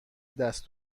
دست